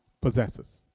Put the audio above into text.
possesses